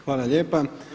Hvala lijepa.